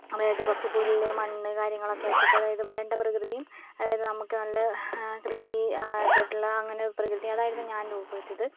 അതായത് കുറച്ച് പുല്ല് മണ്ണ് കാര്യങ്ങളൊക്കെയാക്കിയിട്ട് അതായത് വരണ്ട പ്രകൃതിയും അതായത് നമുക്ക് നല്ല കൃഷി ആ അതായിട്ടുള്ള അങ്ങനെയൊരു പ്രകൃതി അതായിരുന്നു ഞാൻ രൂപപ്പെടുത്തിയത്